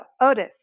Otis